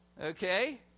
okay